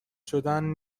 شدن